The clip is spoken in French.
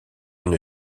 une